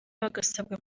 bagasabwa